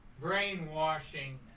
brainwashing